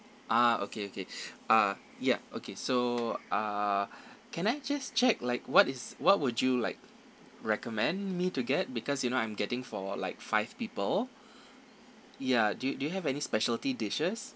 ah okay okay ah yup okay so uh can I just check like what is what would you like recommend me to get because you know I'm getting for like five people ya do you do you have any speciality dishes